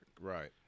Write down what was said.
Right